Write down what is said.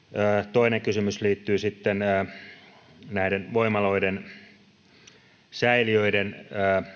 toinen kysymys liittyy voimaloiden säiliöiden